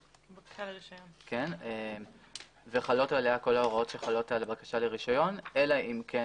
כבקשה לרישיון וחלות עליה כל ההוראות שחלות על בקשה לרישיון אלא אם כן